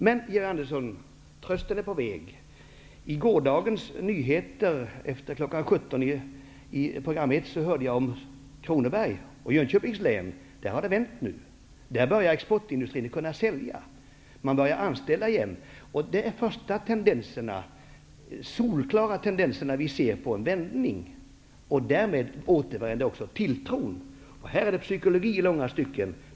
Men, Georg Andersson, trösten är på väg. I gårdagens nyheter efter kl. 17 i program 1 hörde jag att det nu har vänt i Kronobergs och Jönköpings län. Där börjar exportindustrin att kunna sälja, och man börjar anställa igen. Det är de första solklara tendenser till en vändning som vi kan se. Därmed återvänder också tilltron. Det är här i långa stycken fråga om psykologi.